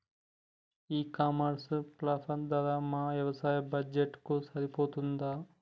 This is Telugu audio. ఈ ఇ కామర్స్ ప్లాట్ఫారం ధర మా వ్యవసాయ బడ్జెట్ కు సరిపోతుందా?